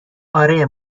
آره